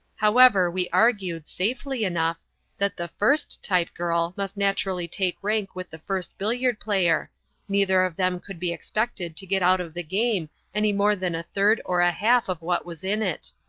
however, we argued safely enough that the first type-girl must naturally take rank with the first billiard-player neither of them could be expected to get out of the game any more than a third or a half of what was in it.